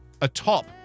atop